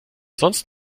sonst